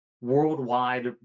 worldwide